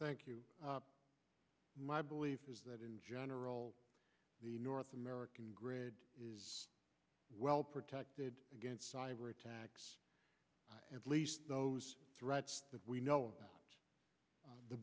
thank you my belief is that in general the north american grid is well protected against cyber attacks at least those threats that we know the